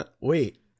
wait